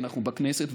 אנחנו בכנסת,